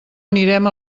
anirem